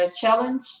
challenge